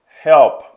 help